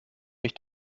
mich